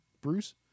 Bruce